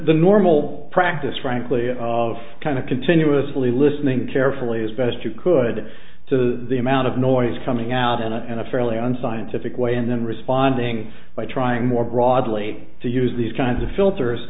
normal practice frankly of kind of continuously listening carefully as best you could to the amount of noise coming out in a in a fairly unscientific way and then responding by trying more broadly to use these kinds of